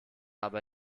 aber